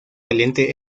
caliente